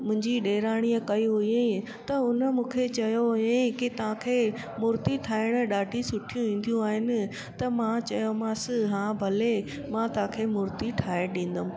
मुंहिंजी ॾेराणीअ कई हुयंई त हुन मूंखे चयो हुयंई की तव्हांखे मूर्ती ठाहिणु ॾाढी सुठी ईंदियूं आहिनि त मां चयोमांसि हा भले मां तव्हांखे मूर्ती ठाहे ॾींदमि